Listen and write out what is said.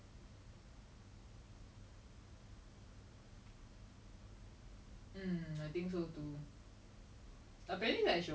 I think like we were born after the revolution so like after like it's been like I don't know sixty years at least after the world war